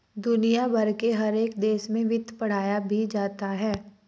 दुनिया भर के हर एक देश में वित्त पढ़ाया भी जाता है